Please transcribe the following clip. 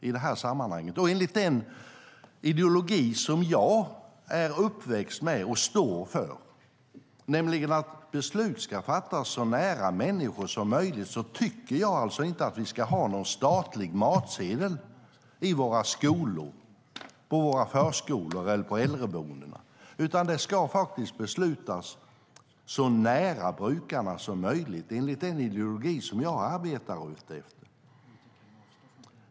I enlighet med den ideologi som jag är uppväxt med och står för, nämligen att beslut ska fattas så nära människorna som möjligt, tycker jag alltså inte att vi ska ha någon statlig matsedel i våra skolor, på våra förskolor eller på äldreboendena, utan det ska beslutas så nära brukarna som möjligt enligt den ideologi som jag arbetar efter.